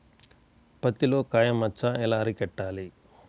పత్తిలో కాయ మచ్చ ఎలా అరికట్టాలి?